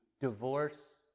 divorce